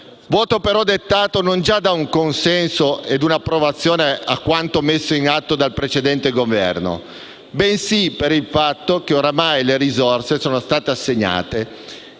voto, però, dettato non già da un consenso e un'approvazione a quanto messo in atto dal precedente Governo, bensì dal fatto che oramai le risorse sono state assegnate